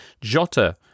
Jota